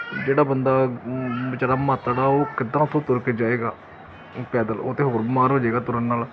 ਜਿਹੜਾ ਬੰਦਾ ਬਿਚਾਰਾ ਮਾਤੜ ਆ ਉਹ ਕਿੱਦਾਂ ਉੱਥੋਂ ਤੁਰ ਕੇ ਜਾਏਗਾ ਪੈਦਲ ਉਹ ਤਾਂ ਹੋਰ ਬਿਮਾਰ ਹੋ ਜਾਏਗਾ ਤੁਰਨ ਨਾਲ